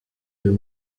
uyu